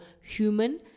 human